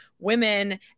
women